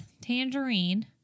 Tangerine